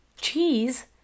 cheese